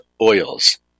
oils